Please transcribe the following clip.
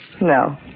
No